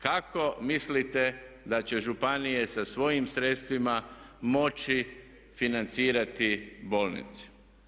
Kako mislite da će županije sa svojim sredstvima moći financirati bolnice?